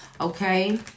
okay